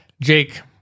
Jake